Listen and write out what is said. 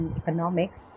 economics